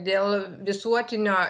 dėl visuotinio